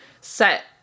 set